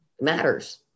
matters